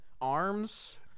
arms